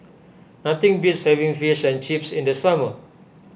nothing beats having Fish and Chips in the summer